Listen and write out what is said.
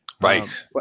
Right